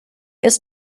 ist